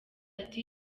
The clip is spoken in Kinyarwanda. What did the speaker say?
ati